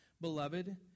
beloved